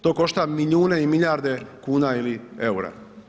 To košta milijune i milijarde kuna ili eura.